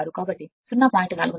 16 కాబట్టి 0